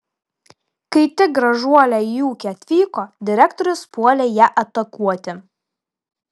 kai tik gražuolė į ūkį atvyko direktorius puolė ją atakuoti